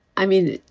i mean,